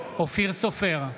אופיר סופר,